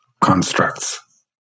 constructs